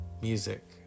music